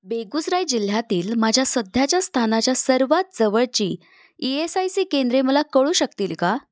बेगुसराय जिल्ह्यातील माझ्या सध्याच्या स्थानाच्या सर्वात जवळची ई एस आय सी केंद्रे मला कळू शकतील का